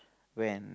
when